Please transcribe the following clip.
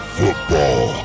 football